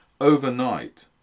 overnight